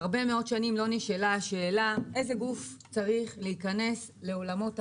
הרבה מאוד שנים לא נשאלה השאלה: איזה גוף צריך להיכנס לעולמות הרישוי,